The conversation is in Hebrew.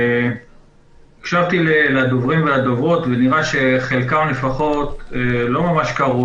הקשבתי לדוברים ולדוברות ונראה שחלקם לפחות לא ממש קראו